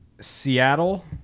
Seattle